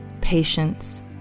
patience